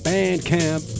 Bandcamp